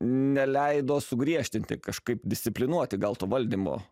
neleido sugriežtinti kažkaip disciplinuoti gal to valdymo